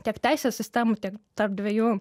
tiek teisės sistemų tiek tarp dviejų